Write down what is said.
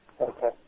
Okay